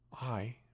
I